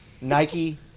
nike